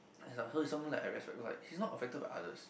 is like so he's is someone I respect because like he is not affect by others